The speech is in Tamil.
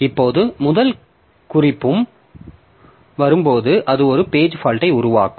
இப்போது முதல் குறிப்பு வரும்போது அது ஒரு பேஜ் பால்ட்யை உருவாக்கும்